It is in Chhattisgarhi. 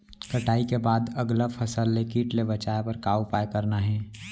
कटाई के बाद अगला फसल ले किट ले बचाए बर का उपाय करना हे?